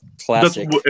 Classic